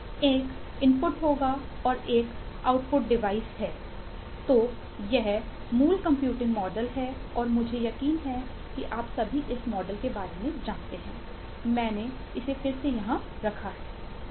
एक इनपुट के बारे में जानते हैं मैंने इसे फिर से यहाँ रख रहा हूं